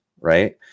right